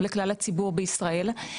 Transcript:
לכלל הציבור בישראל.